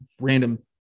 random